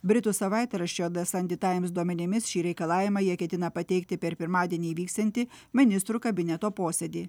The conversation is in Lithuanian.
britų savaitraščio ve sandi taims duomenimis šį reikalavimą jie ketina pateikti per pirmadienį įvyksiantį ministrų kabineto posėdį